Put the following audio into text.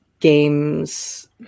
games